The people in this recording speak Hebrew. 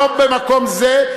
לא במקום זה.